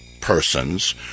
persons